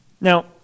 Now